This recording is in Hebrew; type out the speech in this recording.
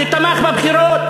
שתמך בבחירות,